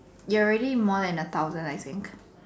you already more than a thousand I think